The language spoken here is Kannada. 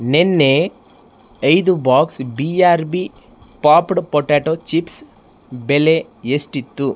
ನಿನ್ನೆ ಐದು box B R B topped potato chips ಬೆಲೆ ಎಷ್ಟಿತ್ತು